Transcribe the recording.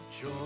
joy